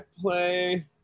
play